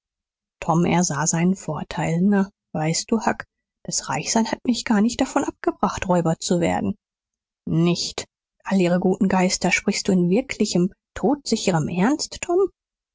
tom ersah seinen vorteil na weißt du huck das reichsein hat mich gar nicht davon abgebracht räuber zu werden nicht all ihr guten geister sprichst du in wirklichem todsicherem ernst tom